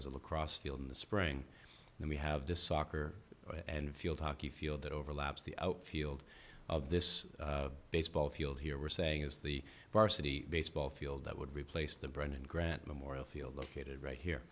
as a cross field in the spring and we have this soccer and field hockey field that overlaps the outfield of this baseball field here we're saying is the varsity baseball field that would replace the brown and grant memorial field located right here